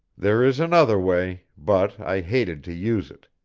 there is another way, but i hated to use it.